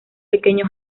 pequeño